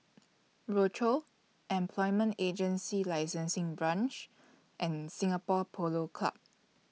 Rochor Employment Agency Licensing Branch and Singapore Polo Club